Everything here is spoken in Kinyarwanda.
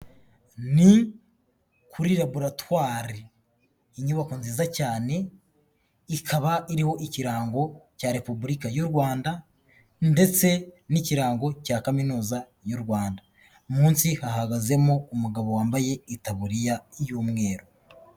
Ni kuri laboratwari. Inyubako nziza cyane, ikaba iriho ikirango cya Repubulika y'u Rwanda ndetse n'ikirango cya Kaminuza y'u Rwanda. Munsi hahagazemo umugabo wambaye itaburiya y'umweru.